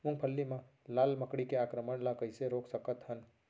मूंगफली मा लाल मकड़ी के आक्रमण ला कइसे रोक सकत हन?